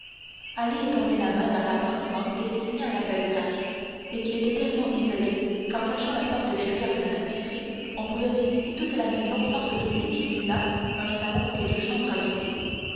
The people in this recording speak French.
étendit la main vers l'appartement destiné à la belle grecque et qui était tellement isolé qu'en cachant la porte derrière une tapisserie on pouvait visiter toute la maison sans se douter qu'il y eût là un salon et deux chambres habités